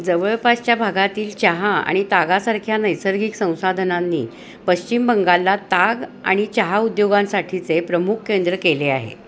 जवळपासच्या भागातील चहा आणि तागासारख्या नैसर्गिक संसाधनांनी पश्चिम बंगालला ताग आणि चहा उद्योगांसाठीचे प्रमुख केंद्र केले आहे